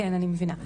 כן אני מבינה.